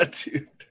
dude